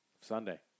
Sunday